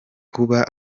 kuba